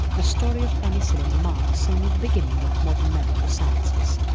the story of penicillin marks only the beginning of modern medical sciences.